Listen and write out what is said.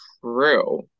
true